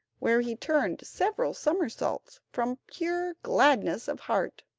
where he turned several somersaults, from pure gladness of heart.